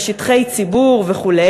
לשטחי ציבור וכו',